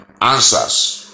answers